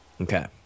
Okay